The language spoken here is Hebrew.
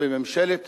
וממשלת